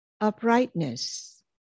uprightness